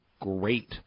great